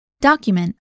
Document